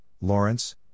Lawrence